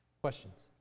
Questions